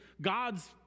God's